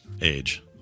age